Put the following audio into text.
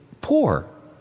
poor